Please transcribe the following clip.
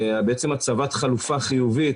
בעצם הצבת חלופה חיובית,